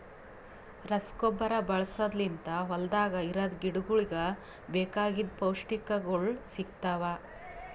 ರಸಗೊಬ್ಬರ ಬಳಸದ್ ಲಿಂತ್ ಹೊಲ್ದಾಗ ಇರದ್ ಗಿಡಗೋಳಿಗ್ ಬೇಕಾಗಿದ್ ಪೌಷ್ಟಿಕಗೊಳ್ ಸಿಗ್ತಾವ್